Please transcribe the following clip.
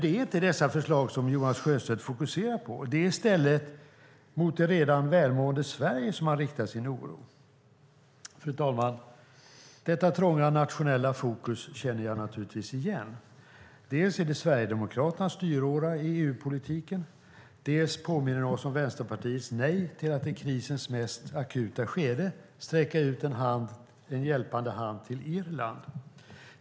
Det är dock inte dessa förslag Jonas Sjöstedt fokuserar på, utan det är i stället mot ett redan välmående Sverige han riktar sin oro. Fru talman! Detta trånga nationella fokus känner jag naturligtvis igen. Dels är det Sverigedemokraternas styråra i EU-politiken, dels påminner det oss om Vänsterpartiets nej till att i krisens mest akuta skede sträcka ut en hjälpande hand till Irland.